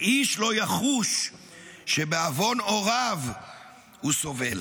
ואיש לא יחוש שבעוון הוריו הוא סובל.